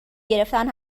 گرفتن